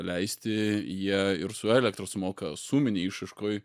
leisti jie ir su elektra sumoka suminėj išraiškoj